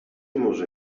może